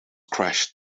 crashed